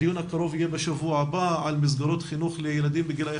הדיון הקרוב יהיה בשבוע הבא על מסגרות חינוך לילדים בגילאי